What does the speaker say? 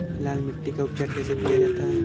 लाल मिट्टी का उपचार कैसे किया जाता है?